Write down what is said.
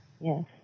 Yes